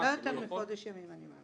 לא יותר מחודש ימים.